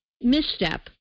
misstep